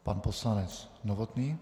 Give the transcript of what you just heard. Pan poslanec Novotný.